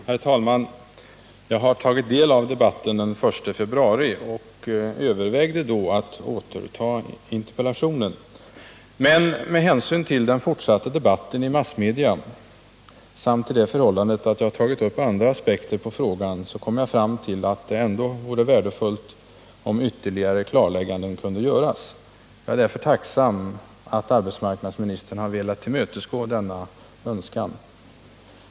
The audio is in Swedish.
Herr talman! Jag har tagit del av debatten den 1 februari och övervägde då att återta interpellationen. Men med hänsyn till den fortsatta debatten i massmedia samt till det förhållandet att jag tagit upp andra aspekter på frågan kom jag fram till att det ändock vore värdefullt, om ytterligare klarlägganden kunde göras. Jag är därför tacksam att arbetsmarknadsministern har velat tillmötesgå denna önskan.